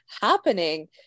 happening